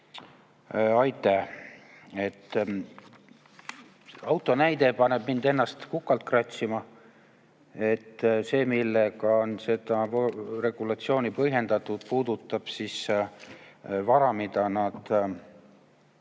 Aitäh! Auto näide paneb mind ennast kukalt kratsima. See, millega on seda regulatsiooni põhjendatud, puudutab vara, mida nad